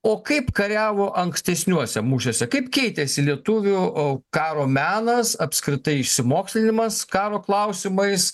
o kaip kariavo ankstesniuose mūšiuose kaip keitėsi lietuvių o karo menas apskritai išsimokslinimas karo klausimais